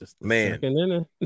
Man